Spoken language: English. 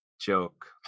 joke